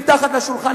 מתחת לשולחן,